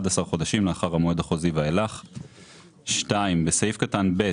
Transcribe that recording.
חודשים לאחר המועד החוזי ואילך."; בסעיף קטן (ב),